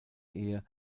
ehe